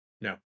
No